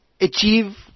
achieve